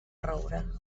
roure